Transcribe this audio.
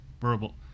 verbal